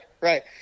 right